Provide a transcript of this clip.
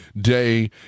day